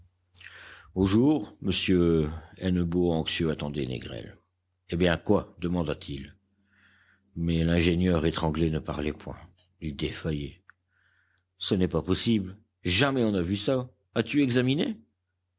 m hennebeau anxieux attendait négrel eh bien quoi demanda-t-il mais l'ingénieur étranglé ne parlait point il défaillait ce n'est pas possible jamais on n'a vu ça as-tu examiné